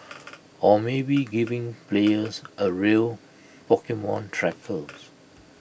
or maybe giving players A real Pokemon trackers